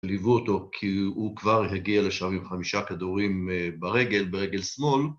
ליוו אותו כי הוא כבר הגיע לשם עם חמישה כדורים ברגל, ברגל שמאל.